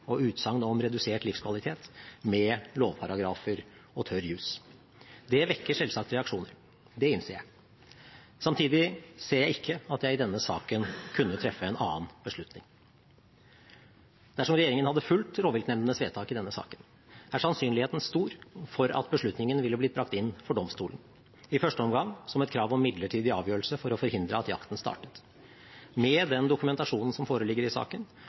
og utsagn om redusert livskvalitet med lovparagrafer og tørr juss. Det vekker selvsagt reaksjoner. Det innser jeg. Samtidig ser jeg ikke at jeg i denne saken kunne treffe en annen beslutning. Dersom regjeringen hadde fulgt rovviltnemndenes vedtak i denne saken, er sannsynligheten stor for at beslutningen ville blitt brakt inn for domstolen, i første omgang som et krav om midlertidig avgjørelse for å forhindre at jakten startet. Med den dokumentasjonen som foreligger i saken,